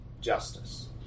justice